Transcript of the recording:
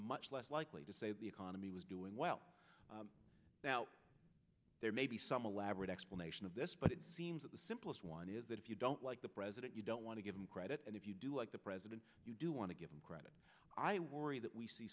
much less likely to say the economy was doing well now there maybe some elaborate explanation of this but it seems that the simplest one is that if you don't like the president you don't want to give him credit and if you do like the president you do want to give him credit i worry that we see